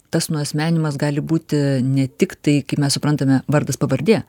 tas nuasmeninimas gali būti ne tik tai kaip mes suprantame vardas pavardė